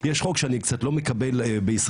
יש חוק שאני קצת לא מקבל בישראל,